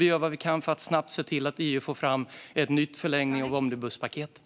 Vi gör vad vi kan för att se till att EU snabbt får fram en ny förlängning av omnibuspaketet.